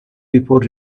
before